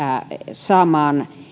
saamaan